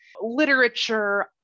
literature